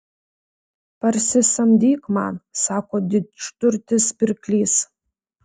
parsisamdyk man sako didžturtis pirklys